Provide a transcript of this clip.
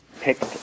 picked